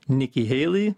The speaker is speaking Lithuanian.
niki heili